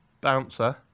Bouncer